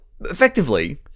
effectively